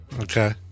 Okay